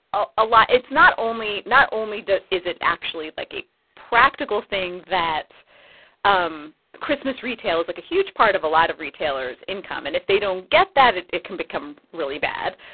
a a lot it's not only not only is it actually, like, a practical thing that um christmas retail is, like, a huge part of a lot of retailers' income. and if they don't get that, it it can become really bad.